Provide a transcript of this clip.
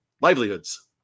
livelihoods